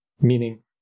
Meaning